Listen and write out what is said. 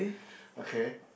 okay